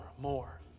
more